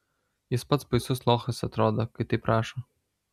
jis pats baisus lochas atrodo kai taip rašo